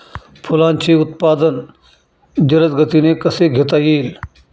फुलांचे उत्पादन जलद गतीने कसे घेता येईल?